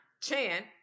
Chan